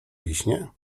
wiśnie